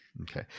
okay